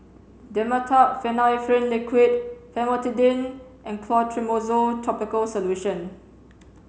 Dimetapp Phenylephrine Liquid Famotidine and Clotrimozole topical solution